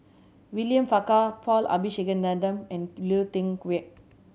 William Farquhar Paul Abisheganaden and Lui Tuck Yew